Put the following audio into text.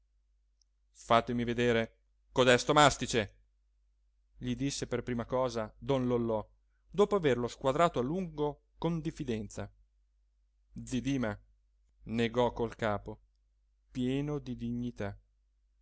fatemi vedere codesto mastice gli disse per prima cosa don lollò dopo averlo squadrato a lungo con diffidenza zi dima negò col capo pieno di dignità